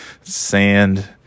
Sand